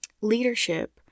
leadership